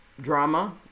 drama